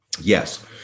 Yes